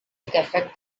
effect